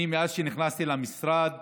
מאז שנכנסתי למשרד